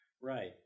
Right